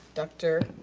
dr.